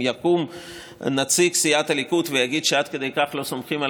אם יקום נציג סיעת הליכוד ויגיד שעד כדי כך לא סומכים על